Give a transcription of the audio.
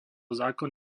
zákon